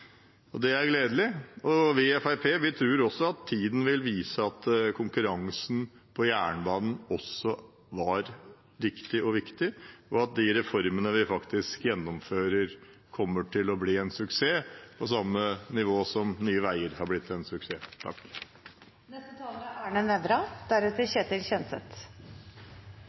og det er gledelig. Vi i Fremskrittspartiet tror at tiden vil vise at konkurransen på jernbanen også var riktig og viktig, og at de reformene vi faktisk gjennomfører, kommer til å bli en suksess, på samme nivå som Nye veier har blitt en suksess.